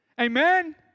Amen